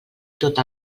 tot